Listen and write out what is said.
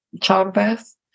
childbirth